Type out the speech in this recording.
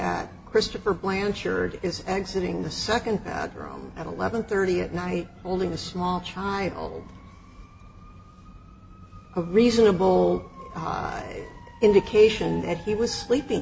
the second at eleven thirty at night holding a small child a reasonable indication that he was sleeping